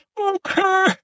Okay